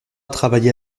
travaillait